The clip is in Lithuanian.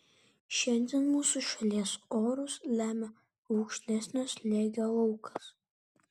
šiandien mūsų šalies orus lemia aukštesnio slėgio laukas